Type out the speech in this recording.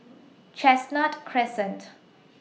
Chestnut Crescent